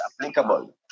applicable